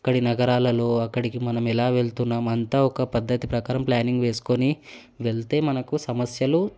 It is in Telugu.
అక్కడి నగరాలలో అక్కడికి మనం ఎలా వెళ్తున్నాం అంతా ఒక పద్ధతి ప్రకారం ప్లానింగ్ వేసుకొని వెళ్తే మనకు సమస్యలు